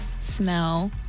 smell